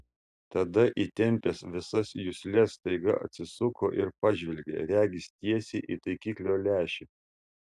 tada įtempęs visas jusles staiga atsisuko ir pažvelgė regis tiesiai į taikiklio lęšį